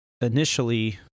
initially